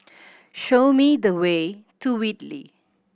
show me the way to Whitley